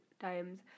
times